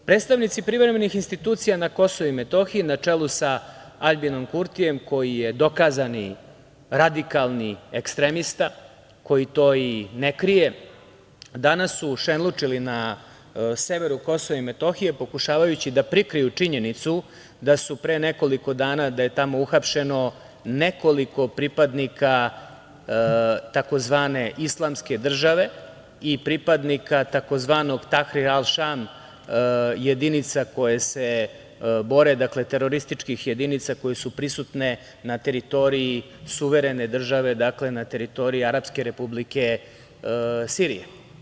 Predstavnici privremenih institucija na KiM, na čelu sa Aljbinom Kurtijem koji je dokazani radikalni ekstremista, koji to i ne krije, danas su šenlučili na severu KiM, pokušavajući da prikriju činjenicu da je pre nekoliko dana tamo uhapšeno nekoliko pripadnika tzv. islamske države i pripadnika tzv. tahri aš šam, terorističkih jedinica koje se bore, koje su prisutne na teritoriji suverene države, na teritoriji Arapske Republike Sirije.